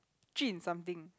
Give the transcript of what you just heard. Jun something